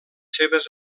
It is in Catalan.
seves